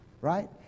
Right